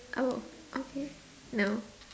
oh okay no